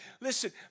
Listen